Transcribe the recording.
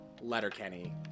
Letterkenny